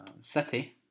City